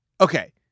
okay